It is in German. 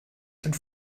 sind